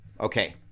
okay